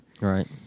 right